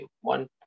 one